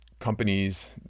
companies